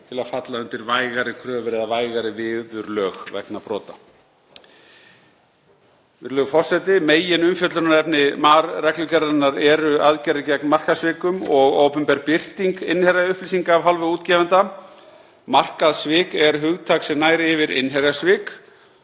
til að falla undir vægari kröfur eða vægari viðurlög vegna brota. Virðulegur forseti. Meginumfjöllunarefni MAR-reglugerðarinnar er aðgerðir gegn markaðssvikum og opinber birting innherjaupplýsinga af hálfu útgefenda. Markaðssvik er hugtak sem nær yfir innherjasvik,